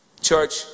Church